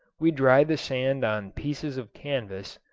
we dried the sand on pieces of canvas,